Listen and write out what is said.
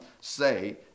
say